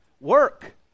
work